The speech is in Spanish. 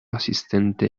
asistente